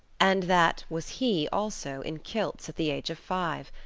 and that was he also in kilts, at the age of five,